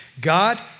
God